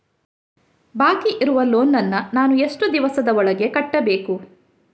ಬಾಕಿ ಇರುವ ಲೋನ್ ನನ್ನ ನಾನು ಎಷ್ಟು ದಿವಸದ ಒಳಗೆ ಕಟ್ಟಬೇಕು?